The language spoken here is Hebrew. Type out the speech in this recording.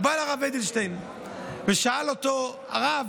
הוא בא לרב אדלשטיין ושאל אותו: הרב,